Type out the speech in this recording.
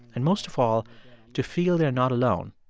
and most of all to feel they're not alone,